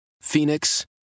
Phoenix